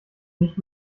nicht